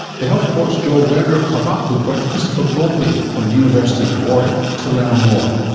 the health report's joel werner caught up with dr christopher golby from the university of warwick to learn more.